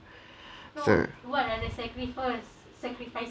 so